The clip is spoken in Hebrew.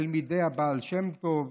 תלמידי הבעל שם טוב,